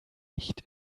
nicht